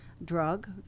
drug